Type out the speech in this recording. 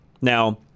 Now